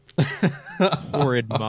horrid